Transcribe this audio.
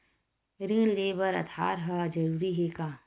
ऋण ले बर आधार ह जरूरी हे का?